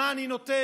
מה אני נותן,